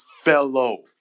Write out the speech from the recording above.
fellow